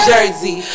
Jersey